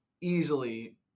Easily